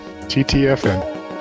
TTFN